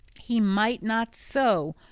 he might not so,